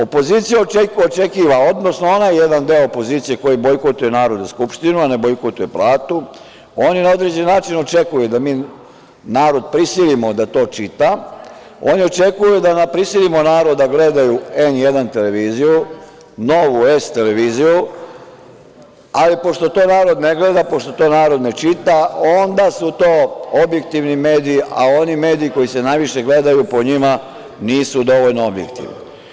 Opozicija očekuje, odnosno onaj jedan deo opozicije koji bojkotuje Narodnu skupštinu, a ne bojkotuje platu, oni na određeni način očekuju da mi narod prisilimo da to čita, oni očekuju da prisilimo narod da gledaju „N1“ televiziju, „Nova S“ televiziju, ali pošto to narod ne gleda, pošto to narod ne čita, onda su to objektivni mediji, a oni mediji koji se najviše gledaju, po njima, nisu dovoljno objektivni.